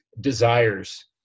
desires